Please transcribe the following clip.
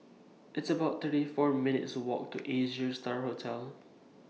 It's about thirty four minutes' Walk to Asia STAR Hotel